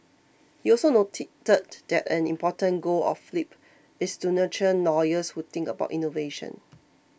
he also noted that that an important goal of Flip is to nurture lawyers who think about innovation